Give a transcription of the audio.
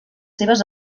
seves